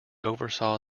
oversaw